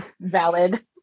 valid